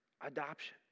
Adoption